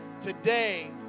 Today